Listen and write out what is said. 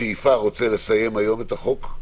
שואף לסיים היום את החוק,